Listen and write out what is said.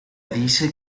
dice